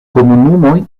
komunumoj